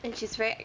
and she's very